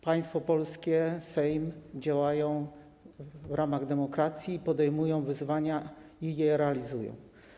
Państwo polskie, Sejm działają w ramach demokracji, podejmują wyzwania i je realizują.